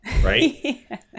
Right